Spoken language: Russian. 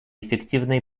эффективной